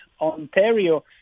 Ontario